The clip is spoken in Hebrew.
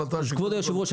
כבוד היושב ראש,